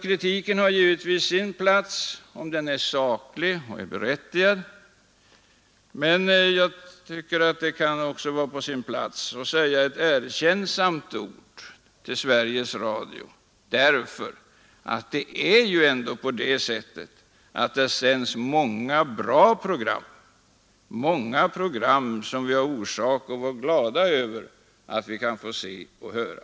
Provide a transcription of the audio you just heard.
Kritiken har givetvis sin plats om den är saklig och berättigad, men det kan också vara på sin plats att säga ett erkännsamt ord om Sveriges Radio. Det sänds ju ändå många bra program, många program som vi har orsak att vara glada över att vi kan få se och höra.